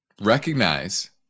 Recognize